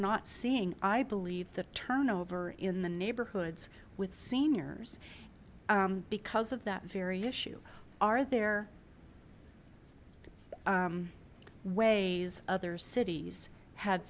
not seeing i believe that turnover in the neighborhoods with seniors because of that very issue are there ways other cities ha